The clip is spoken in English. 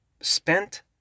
spent